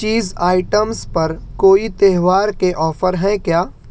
چیز آئٹمز پر کوئی تہوار کے آفر ہیں کیا